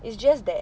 it's just that